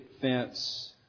fence